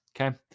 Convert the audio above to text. Okay